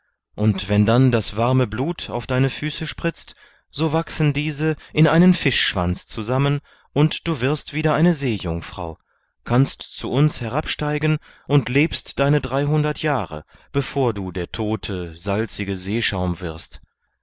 und wenn dann das warme blut auf deine füße spritzt so wachsen diese in einen fischschwanz zusammen und du wirst wieder eine seejungfrau kannst zu uns herabsteigen und lebst deine dreihundert jahre bevor du der tote salzige seeschaum wirst